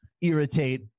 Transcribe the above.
irritate